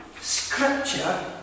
scripture